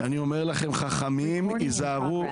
אני אומר לכם, חכמים, היזהרו